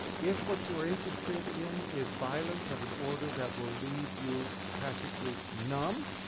if what you are interested in is violence of an order that will leave you practically numb,